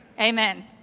Amen